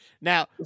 Now